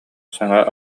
саҥа